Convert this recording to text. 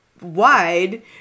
wide